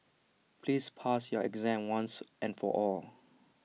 please pass your exam once and for all